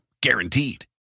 guaranteed